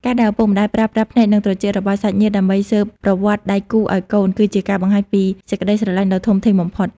ការដែលឪពុកម្ដាយប្រើប្រាស់ភ្នែក និងត្រចៀករបស់សាច់ញាតិដើម្បីស៊ើបប្រវត្តិដៃគូឱ្យកូន គឺជាការបង្ហាញពីសេចក្ដីស្រឡាញ់ដ៏ធំធេងបំផុត។